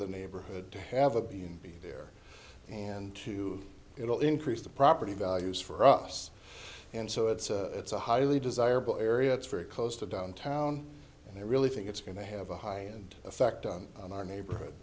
the neighborhood to have a b and b there and two it will increase the property values for us and so it's a it's a highly desirable area it's very close to downtown and i really think it's going to have a high and effect on our neighborhood